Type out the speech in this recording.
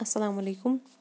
اَسَلامُ علیکُم